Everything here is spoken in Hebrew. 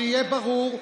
שיהיה ברור,